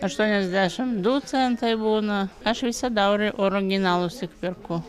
aštuoniasdešim du centai būna aš visada or originalus tik perku